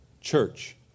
church